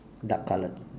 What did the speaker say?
dark coloured